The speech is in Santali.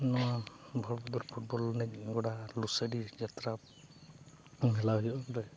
ᱱᱚᱣᱟ ᱵᱚᱞ ᱮᱱᱮᱡ ᱜᱳᱰᱟ ᱞᱩᱥᱟᱹᱰᱤ ᱡᱟᱛᱨᱟ ᱢᱮᱞᱟ ᱦᱩᱭᱩᱜ ᱨᱮ